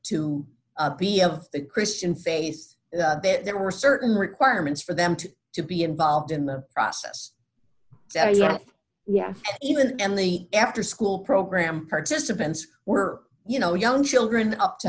to be of the christian face there were certain requirements for them to to be involved in the process yes even in the after school program participants were you know young children up to